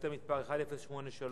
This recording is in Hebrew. שאילתא מס' 1083,